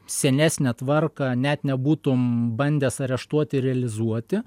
senesnę tvarką net nebūtum bandęs areštuoti realizuoti